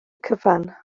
cyfan